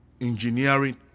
engineering